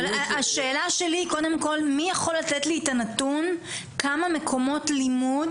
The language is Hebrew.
השאלה שלי היא קודם כל מי יכול לתת לי את הנתון כמה מקומות לימוד